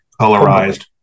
colorized